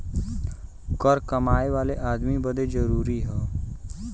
कर कमाए वाले अदमी बदे जरुरी हौ